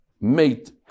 mate